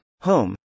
home